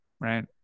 Right